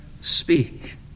speak